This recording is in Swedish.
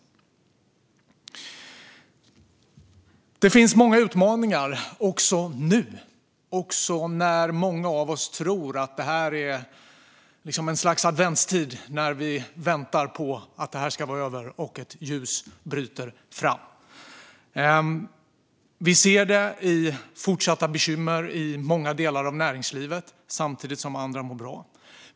Det finns många utmaningar också nu när många av oss tror att det här är ett slags adventstid då vi väntar på att det här ska vara över och ett ljus ska bryta fram. Vi ser det i fortsatta bekymmer i många delar av näringslivet samtidigt som andra mår bra.